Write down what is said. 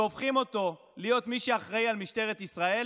והופכים אותו להיות מי שאחראי למשטרת ישראל,